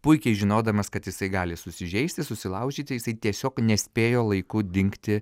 puikiai žinodamas kad jisai gali susižeisti susilaužyti jisai tiesiog nespėjo laiku dingti